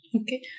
Okay